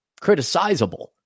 criticizable